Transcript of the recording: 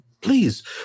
please